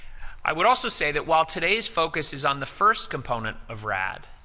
i would also say that while today's focus is on the first component of rad,